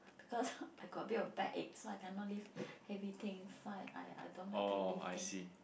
cause I got a bit of backache so I cannot lift heavy things so I I don't like to lift things